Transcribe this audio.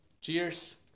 Cheers